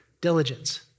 Diligence